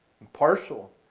impartial